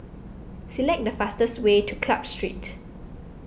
select the fastest way to Club Street